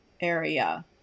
area